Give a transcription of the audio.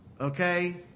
Okay